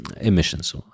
emissions